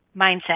mindset